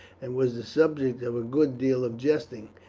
and was the subject of a good deal of jesting.